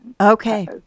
Okay